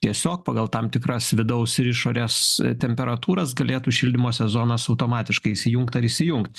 tiesiog pagal tam tikras vidaus ir išorės temperatūras galėtų šildymo sezonas automatiškai įsijungt ar išsijungt